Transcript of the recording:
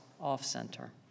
off-center